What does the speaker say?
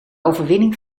overwinning